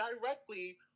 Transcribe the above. directly